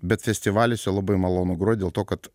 bet festivaliuose labai malonu grot dėl to kad